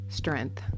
strength